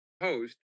host